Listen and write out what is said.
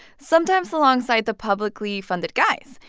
sometimes alongside the publicly funded guys,